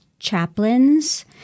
Chaplains